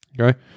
okay